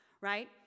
right